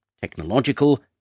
technological